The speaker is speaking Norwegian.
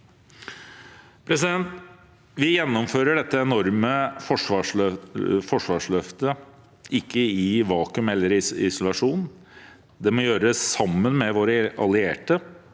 gjøres i dag. Vi gjennomfører ikke dette enorme forsvarsløftet i et vakuum eller i isolasjon. Det må gjøres sammen med våre allierte,